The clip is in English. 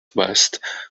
west